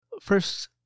First